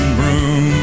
Broom